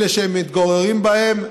אלה שהם מתגוררים בהן,